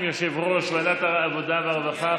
בשם יושב-ראש ועדת העבודה והרווחה,